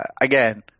again